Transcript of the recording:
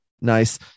nice